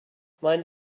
mind